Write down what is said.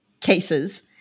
cases